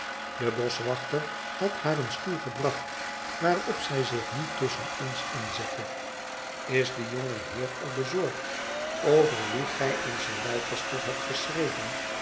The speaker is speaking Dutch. de boschwachter had haar een stoel gebracht waarop zij zich nu tusschen ons in zette is die jonge heer al bezorgd over wien gij aan sir leicester hebt geschreven